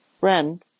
Ren